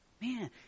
Man